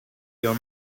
your